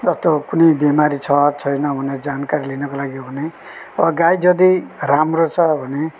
जस्तो कुनै बिमारी छ छैन भनेर जानकारी लिनको लागि भने अब गाई यदि राम्रो छ भने